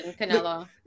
Canelo